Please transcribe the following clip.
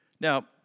Now